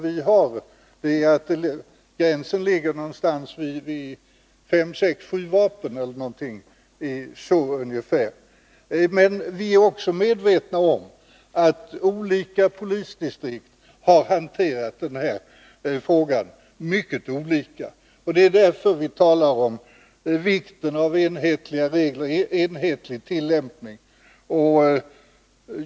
Vi menar att gränsen ligger ungefär vid fem å sju vapen. Men vi är också medvetna om att olika polisdistrikt har hanterat den här frågan på mycket skiftande sätt, och det är därför som vi talar om vikten av enhetlig tillämpning.